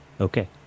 Okay